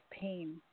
pain